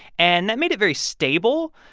and that made it very stable,